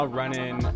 running